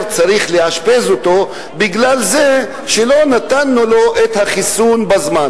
צריך לאשפז אותו כי לא נתנו לו את החיסון בזמן?